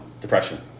depression